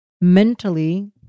mentally